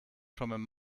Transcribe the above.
from